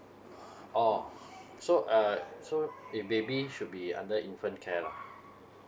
oh so err so a baby should be under infant care lah